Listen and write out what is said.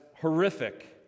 horrific